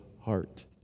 heart